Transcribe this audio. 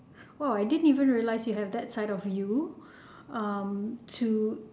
!wah! I didn't even realise you have that side of you um to